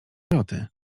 joty